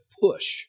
push